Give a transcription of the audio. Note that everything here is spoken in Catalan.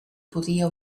podia